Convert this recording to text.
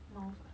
mouth ah